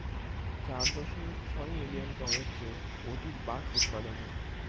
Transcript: চার দশমিক ছয় মিলিয়ন টনের চেয়ে অধিক বাঁশ উৎপাদন হয়